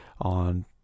on